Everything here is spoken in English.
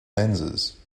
lenses